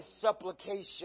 supplication